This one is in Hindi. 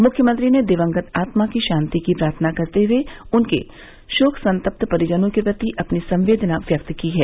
मुख्यमंत्री ने दिवंगत आत्मा की शान्ति की प्रार्थना करते हुए उनके शोक संतप्त परिजनों के प्रति अपनी संवेदना व्यक्त की है